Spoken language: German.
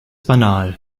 banal